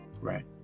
Right